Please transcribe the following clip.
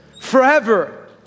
Forever